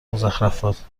مضخرفات